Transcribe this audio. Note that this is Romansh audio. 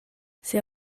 sia